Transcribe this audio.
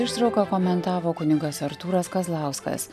ištrauką komentavo kunigas artūras kazlauskas